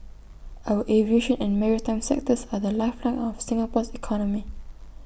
our aviation and maritime sectors are the lifeline of Singapore's economy